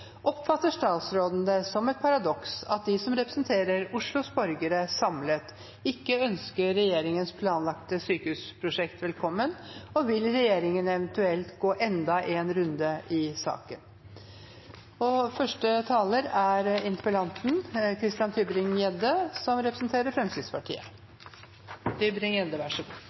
oppfatter det som et paradoks at de som representerer Oslos borgere samlet, ikke ønsker regjeringens planlagte sykehusprosjekt velkommen, og om regjeringen eventuelt vil ta disse signalene på alvor og dermed gå enda en runde i saken. Oslo har behov for nye sykehusbygg. Store deler av byggene ved Ullevål sykehus er